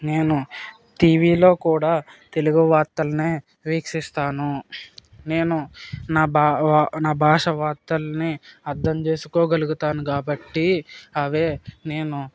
నేను టీవీలో కూడా తెలుగు వార్తలను వీక్షిస్తాను నేను నా భా భాష వార్తలను అర్థం చేసుకోగలుగుతాను కాబట్టి అవి నేను